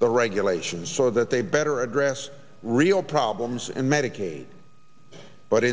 the regulations so that they better address real problems and medicaid but